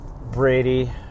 Brady